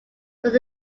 took